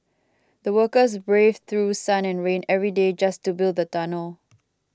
the workers braved through sun and rain every day just to build the tunnel